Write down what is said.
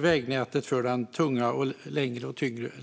vägnätet för längre och tyngre lastbilar håller på att byggas ut.